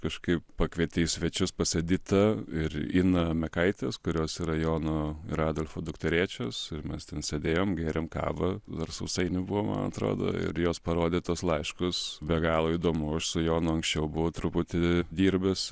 kažkaip pakvietė į svečius pas editą ir iną mekaites kurios yra jono ir adolfo dukterėčios ir mes ten sėdėjom gėrėm kavą dar sausainių buvo man atrodo ir jos parodė tuos laiškas be galo įdomu aš su jonu anksčiau buvo truputį dirbęs